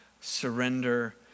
surrender